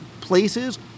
places